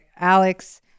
Alex